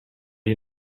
you